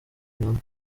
rihanna